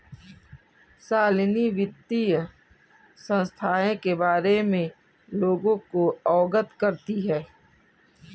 शालिनी वित्तीय संस्थाएं के बारे में लोगों को अवगत करती है